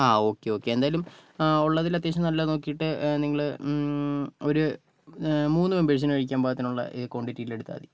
ആ okay okay എന്തായാലും ആ ഉള്ളതിൽ അത്യാവശ്യം നല്ലതു നോക്കിയിട്ടു നിങ്ങൾ ഒരു മൂന്ന് മെമ്പേഴ്സിനു കഴിയ്ക്കാൻ പാകത്തിനുള്ള ഈ ക്വാണ്ടിറ്റിയിൽ എടുത്താൽ മതി